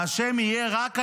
האשם יהיה רק הימין.